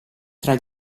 tra